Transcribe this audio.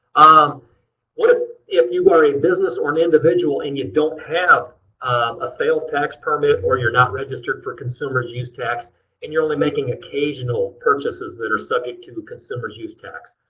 um what if you are a business or an individual and you don't have a sales tax permit or you're not registered for consumer's use tax and you're only making occasional purchases that are subject to consumer's use tax?